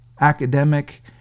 academic